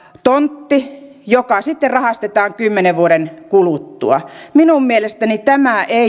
tontti joka sitten rahastetaan kymmenen vuoden kuluttua minun mielestäni tämä ei